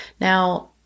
Now